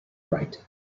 right